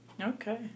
Okay